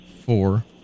four